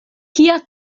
kia